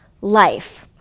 life